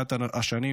ארוכת השנים,